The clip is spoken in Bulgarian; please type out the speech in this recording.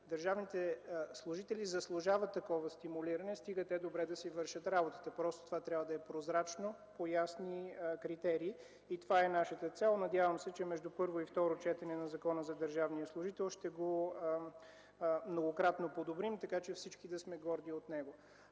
държавните служители заслужават такова стимулиране, стига те добре да си вършат работата. Просто това трябва да е прозрачно, по ясни критерии. И това е нашата цел. Надявам се, че между първо и второ четене на Закона за държавния служител многократно ще го подобрим, така че всички да сме горди от него.